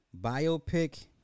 biopic